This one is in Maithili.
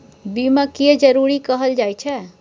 बीमा किये जरूरी कहल जाय छै?